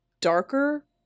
darker